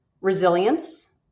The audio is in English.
resilience